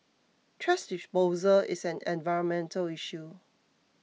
thrash disposal is an environmental issue